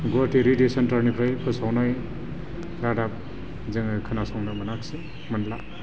Guwahati radio सेन्टारनिफ्राय फोसावनाय रादाब जोङो खोनासंनो मोनाखिसै मोनला